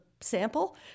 sample